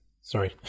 Sorry